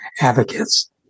Advocates